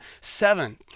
seven